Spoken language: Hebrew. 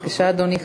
בבקשה, אדוני.